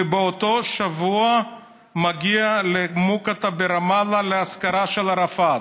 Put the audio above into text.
ובאותו שבוע מגיע למוקטעה ברמאללה לאזכרה של ערפאת.